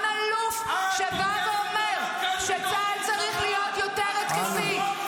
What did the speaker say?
אלוף שבא ואומר שצה"ל צריך להיות יותר התקפי,